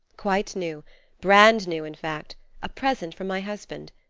quite new brand new, in fact a present from my husband.